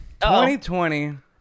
2020